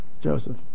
Joseph